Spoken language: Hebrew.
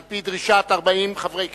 על-פי דרישת 40 חברי כנסת.